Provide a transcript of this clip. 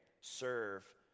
serve